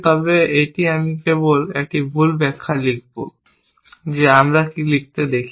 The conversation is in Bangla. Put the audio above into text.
তবে আমি কেবল একটি ভুল ব্যাখ্যা লিখব যে আমরা কী লিখতে দেখি